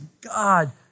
God